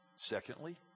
Secondly